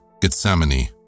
Gethsemane